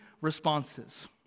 responses